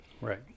Right